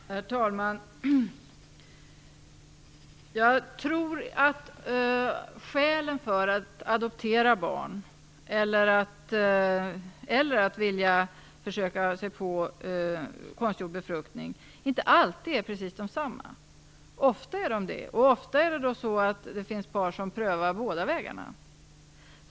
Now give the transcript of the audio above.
Herr talman! Jag tror att skälen för att adoptera barn och för att försöka med konstgjord befruktning inte alltid är desamma. Ofta är de det, och ofta finns det par som prövar båda vägarna.